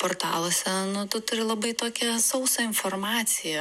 portaluose nu tu turi labai tokią sausą informaciją